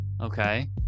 okay